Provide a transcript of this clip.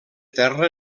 terra